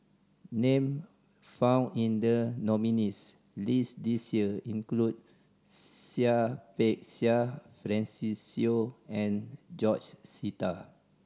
name found in the nominees' list this year include Seah Peck Seah Francis Seow and George Sita